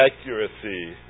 accuracy